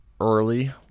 early